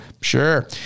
Sure